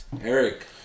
Eric